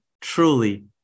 truly